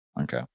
Okay